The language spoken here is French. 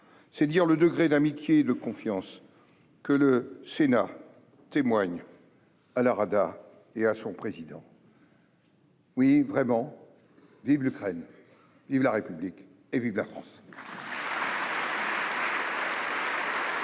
C'est dire le degré d'amitié et de confiance que le Sénat témoigne à la Rada et à son président. Oui, vraiment, vive l'Ukraine, vive la République et vive la France ! La parole est